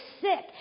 sick